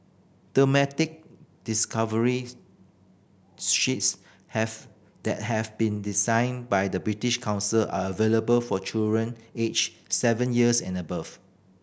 thematic discovery sheets have that have been designed by the British Council are available for children aged seven years and above